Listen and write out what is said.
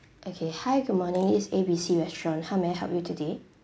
okay hi good morning this is A B C restaurant how may I help you today